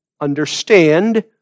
understand